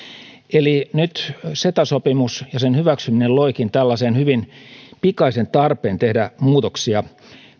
eli nyt ceta sopimus ja sen hyväksyminen loikin hyvin pikaisen tarpeen tehdä muutoksia